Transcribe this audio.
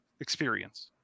experience